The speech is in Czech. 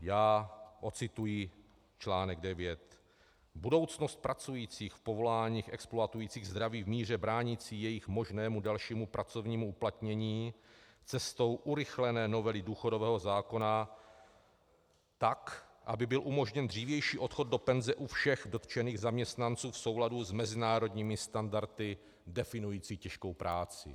Já odcituji článek 9: Budoucnost pracujících v povoláních exploatujících zdraví v míře bránící jejich možnému dalšímu pracovnímu uplatnění cestou urychlené novely důchodového zákona, tak aby byl umožněn dřívější odchod do penze u všech dotčených zaměstnanců v souladu s mezinárodními standardy definujícími těžkou práci.